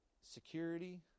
security